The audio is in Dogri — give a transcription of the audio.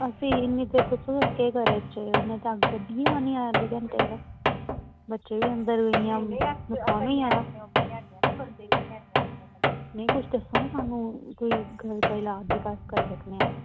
अस इन्नी देर तक दस्सो तुस केह् करचै इन्ने तक गड्डी नी आनी अद्धे घंटे तक बच्चे बी अंदर इ'य्यां नेईं तुस दस्सो ना स्हानू कोई घर का इलाज जेह्का अस करी सकने आं